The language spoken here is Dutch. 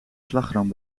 slagroom